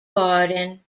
garden